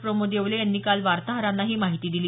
प्रमोद येवले यांनी काल वार्ताहरांना ही माहिती दिली